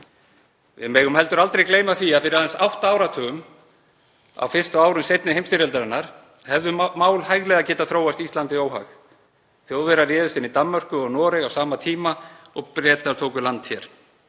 Við megum heldur aldrei gleyma því að fyrir aðeins átta áratugum, á fyrstu árum seinni heimsstyrjaldarinnar, hefðu mál hæglega getað þróast Íslandi í óhag. Þjóðverjar réðust inn í Danmörku og Noreg á sama tíma og Bretar tóku land hér.